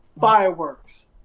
fireworks